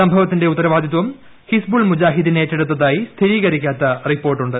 സംഭവത്തിന്റെ ഉത്തരവാദിത്വം ഹിസ്ബുൾ മുജാഹിദീൻ ഏറ്റെടുത്തായി സ്ഥിരീകരിക്കാത്ത റിപ്പോർട്ട് ഉണ്ട്